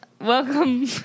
Welcome